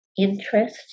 interest